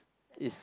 is